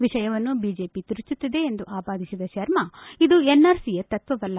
ವಿಷಯವನ್ನು ಬಿಜೆಪಿ ತಿರುಚುತ್ತಿದೆ ಎಂದು ಆಪಾದಿಸಿದ ಶರ್ಮ ಇದು ಎನ್ಆರ್ಸಿಯ ತತ್ವವಲ್ಲ